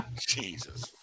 Jesus